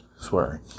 swearing